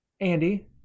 Andy